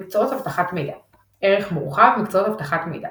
מקצועות אבטחת מידע ערך מורחב – מקצועות אבטחת מידע